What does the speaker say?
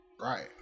right